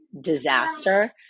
disaster